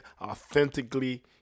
authentically